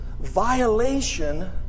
violation